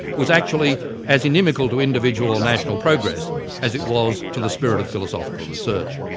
was actually as inimical to individual or national progress as it was to the spirit of philosophical research.